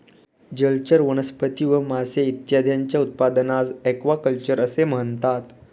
जलचर वनस्पती व मासे इत्यादींच्या उत्पादनास ॲक्वाकल्चर असे म्हणतात